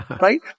Right